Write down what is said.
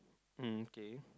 okay